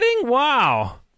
Wow